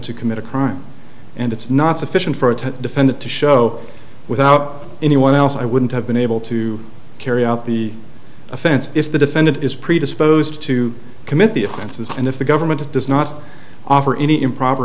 to commit a crime and it's not sufficient for a the defendant to show without anyone else i wouldn't have been able to carry out the offense if the defendant is predisposed to commit the offenses and if the government does not offer any improper